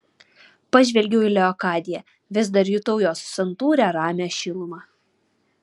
pažvelgiau į leokadiją vis dar jutau jos santūrią ramią šilumą